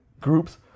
groups